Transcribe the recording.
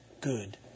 good